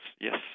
yes